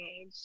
age